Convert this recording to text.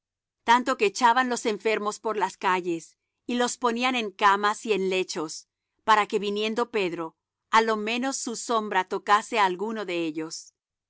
tanto que echaban los enfermos por las calles y los ponían en camas y en lechos para que viniendo pedro á lo menos su sombra tocase á alguno de ellos